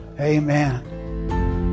Amen